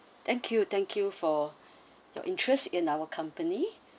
thank you thank you for your interest in our company